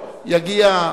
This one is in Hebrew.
יגיע,